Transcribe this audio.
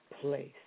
place